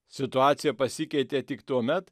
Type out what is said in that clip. situacija pasikeitė tik tuomet